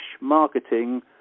marketing